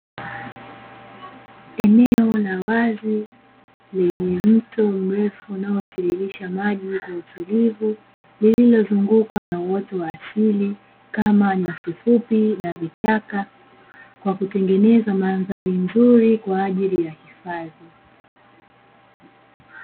Eneo la wazi lenye mto mrefu unaotirisha maji kwa uturivu lililozungukwa na uoto wa asili kama nyasi fupi na vichaka, kwa kutengeneza mandhari nzuri kwa ajili ya hifadhi.